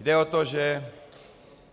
Jde o to, že